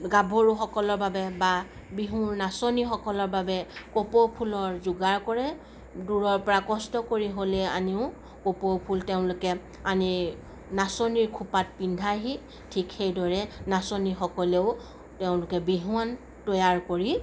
গাভৰুসকলৰ বাবে বা বিহু নাচনীসকলৰ বাবে কপৌ ফুলৰ যোগাৰ কৰে দূৰৰ পৰা কষ্ট কৰি হ'লেও আনিও কপৌ ফুল তেওঁলোকে আনি নাচনীৰ খোপাত পিন্ধায়হি ঠিক সেইদৰে নাচনীসকলেও তেওঁলোকে বিহুৱান তৈয়াৰ কৰি